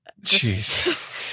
jeez